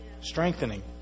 strengthening